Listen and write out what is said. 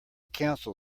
council